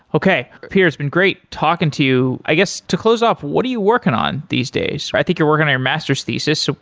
okay. peter, it's been great talking to you. i guess, to close off, what are you working on these days? i think you're working on master s thesis.